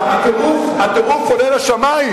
הטירוף עולה לשמים,